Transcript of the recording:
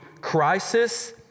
crisis